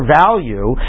value